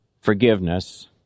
forgiveness